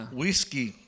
whiskey